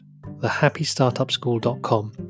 thehappystartupschool.com